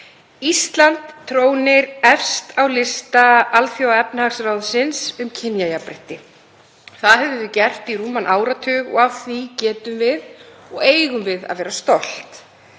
Ísland trónir efst á lista Alþjóðaefnahagsráðsins yfir kynjajafnrétti. Það höfum við gert í rúman áratug og af því getum við og eigum að vera stolt.